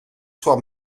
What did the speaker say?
soir